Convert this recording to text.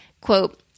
quote